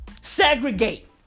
Segregate